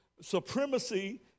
Supremacy